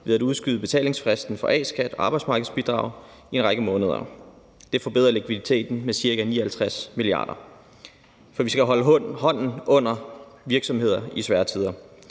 ved at udskyde betalingsfristen for A-skat og arbejdsmarkedsbidrag i en række måneder. Det forbedrer likviditeten med ca. 59 mia. kr. For vi skal holde hånden under virksomheder i svære tider.